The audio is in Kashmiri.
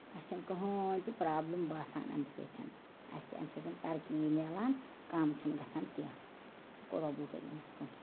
اَسہِ چھِنہٕ کٕہٕنۍ تہِ پرٛابلِم باسان اَمہِ سۭتۍ اَسہِ چھِ اَمہِ سۭتۍ ترقی یی میلان کَم چھِنہٕ گژھان کیٚنہہ شُکُر رَبُ الکریٖمَس کُن